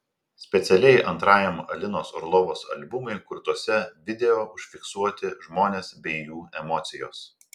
specialiai antrajam alinos orlovos albumui kurtuose video užfiksuoti žmones bei jų emocijos